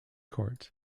court